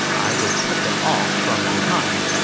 i will cut them off from behind.